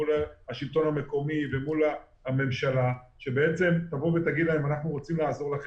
מול השלטון המקומי ומול הממשלה שתבוא ותגיד להם: אנחנו רוצים לעזור לכם,